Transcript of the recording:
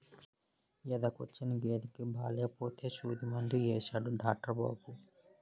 ఎదకొచ్చిన గేదెకి బాలేపోతే సూదిమందు యేసాడు డాట్రు బాబు